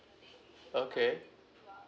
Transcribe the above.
okay